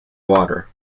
water